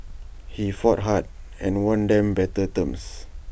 he fought hard and won them better terms